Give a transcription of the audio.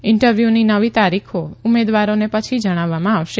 ઇન્ટરવ્યૂની નવી તારીખો ઉમેદવારોને પછી જણાવવામાં આવશે